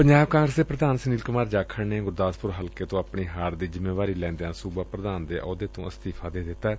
ਪੰਜਾਬ ਕਾਂਗਰਸ ਦੇ ਪ੍ਰਧਾਨ ਸੁਨੀਲ ਕੁਮਾਰ ਜਾਖੜ ਨੇ ਗੁਰਦਾਸਪੁਰ ਹਲਕੇ ਤੋਂ ਆਪਣੀ ਹਾਰ ਦੀ ਜਿੰਮੇਵਾਰੀ ਲੈਦਿਆਂ ਸੁਬਾ ਪ੍ਰਧਾਨ ਦੇ ਆਹੁਦੇ ਤੋ ਅਸਤੀਫਾ ਦੇ ਦਿੱਤੈ